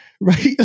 right